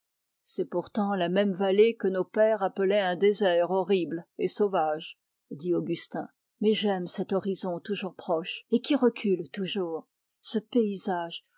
c'est pourtant la même vallée que nos pères appelaient un désert horrible et sauvage dit augustin mais j'aime cet horizon toujours proche et qui recule toujours ce paysage